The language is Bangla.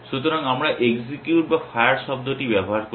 সুতরাং আমরা এক্সিকিউট বা ফায়ার শব্দটি ব্যবহার করি